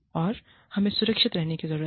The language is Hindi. और हमें सुरक्षित रहने की जरूरत है